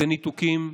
ניתוקים,